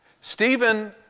Stephen